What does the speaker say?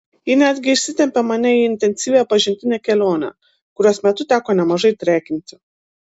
ji netgi išsitempė mane į intensyvią pažintinę kelionę kurios metu teko nemažai trekinti